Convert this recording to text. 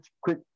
quick